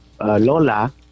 Lola